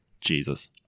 Jesus